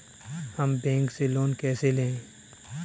हम बैंक से लोन कैसे लें?